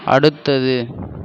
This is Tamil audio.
அடுத்தது